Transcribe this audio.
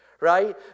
right